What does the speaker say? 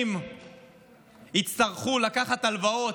שאנשים יצטרכו לקחת הלוואות,